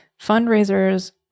fundraisers